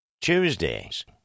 Tuesdays